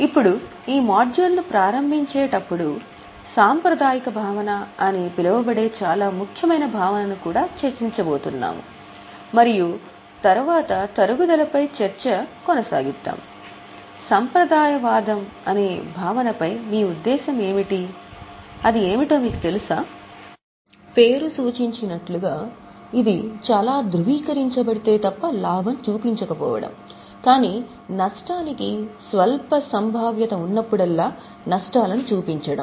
ఇప్పుడు ఈ మాడ్యూల్ను ప్రారంభించేటప్పుడు సాంప్రదాయిక భావన ఉన్నప్పుడల్లా నష్టాలను చూపించడం